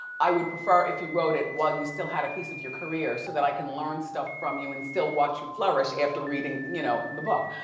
i would prefer if you wrote it while you still had a piece of your career so i can learn stuff from you and still watch you flourish after reading you know the book.